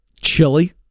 Chili